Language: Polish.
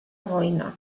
wojna